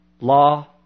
law